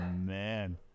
man